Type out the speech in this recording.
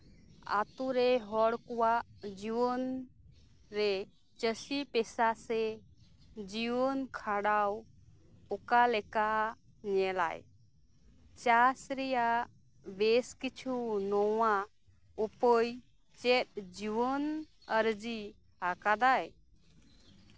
ᱟᱛᱩᱨᱮ ᱦᱚᱲᱠᱚᱣᱟᱜ ᱡᱩᱣᱟᱹᱱ ᱨᱮ ᱪᱟᱹᱥᱤ ᱯᱮᱥᱟ ᱥᱮ ᱡᱤᱭᱟᱹᱱ ᱠᱷᱟᱸᱰᱟᱣ ᱚᱠᱟᱞᱮᱠᱟ ᱧᱮᱞᱟᱭ ᱪᱟᱥ ᱨᱮᱭᱟᱜ ᱵᱮᱥᱠᱤᱪᱷᱩ ᱱᱚᱣᱟ ᱩᱯᱟᱹᱭ ᱪᱮᱫ ᱡᱩᱣᱟᱹᱱ ᱟᱹᱨᱡᱤ ᱟᱠᱟᱫᱟᱭ